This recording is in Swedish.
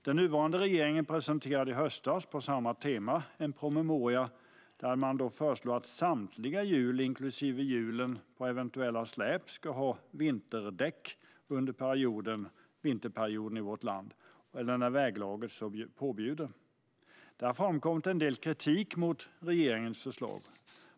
På samma tema presenterade regeringen i höstas en promemoria där man föreslår att samtliga hjul inklusive hjulen på eventuella släp ska ha vinterdäck under vinterperioden i vårt land eller när väglaget så påbjuder. Det har framkommit en del kritik mot regeringens förslag.